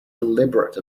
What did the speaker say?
deliberate